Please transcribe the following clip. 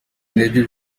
intege